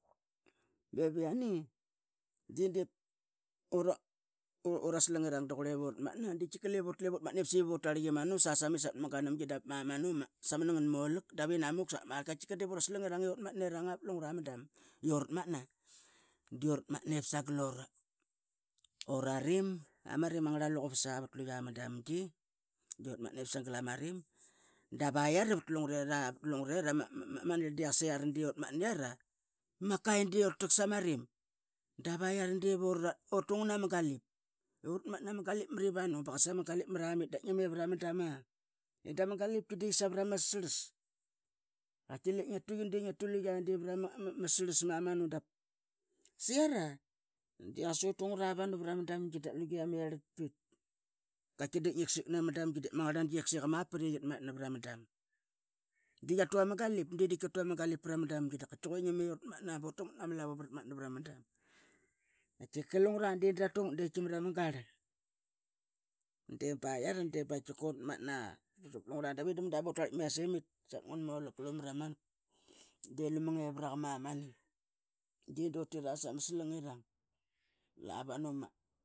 Be viani di dip ura slingirang da qurla ivuratmatna da tkiqa lep ura tlep ivu ratmatna I saiyi vu ratarlitk imanu sasamit savat ma ganamgi da mamanu savat mulaq vinamuk savat marlqa tkiqa dip ura slingirang ura atmatna pra ma bam uratmatna I uratmatna ip sagal ura rim ama rim angra luquvas a pat lua ma damgi. Di uratmatna ip sagal ama rim, dap aiara pat lungrera manirl di qasiara di uratmatna iara. Makai di urataqsa ma rim dap aiara di utu ngna ma galip uratmatna ma galip mat ivanu ba qasa ma galip mara mit da ngi ngiam I vara ma dama. I da ma galip di savra ma sarlsarlis qutki le ngia tu qi di ngia tu luia pra ma sarkarlis manu dap siara di qasa utungat avanu pra ma damgi dap luia ama yarlat. Qatki di ngiksiq na ma damgi da ma nganangi tkiaqsik ama pit I iatmatna pra ma dam dia tu ama galip di dip tkia tu ama galip pra ma damgi qatki que ngi ngim uratmatna bu rataqmat na lavu bratmatna pra ma dam. Tkiqa lunggra di dra lungat di qatki mara ma qarl baiara di ba qatkiqa uratmatna pat lungra. Da ve da ma da bu ratarlitk miasemit savat ngan mulaq di lu ma ngevraqa mamani I du tira sama slingirang lavanu ma.